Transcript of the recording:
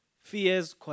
fears